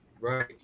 Right